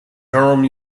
durham